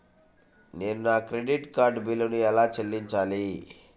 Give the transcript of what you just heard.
నేను నా credit card బిల్లును ఎలా చెల్లించాలీ?